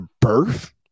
birth